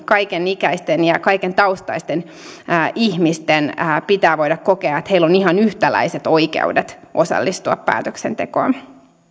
kaiken ikäisten ja kaiken taustaisten ihmisten pitää voida kokea että heillä on ihan yhtäläiset oikeudet osallistua päätöksentekoon